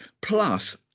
plus